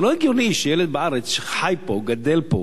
זה לא הגיוני שילד בארץ שחי פה וגדל פה,